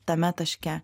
tame taške